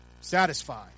Satisfied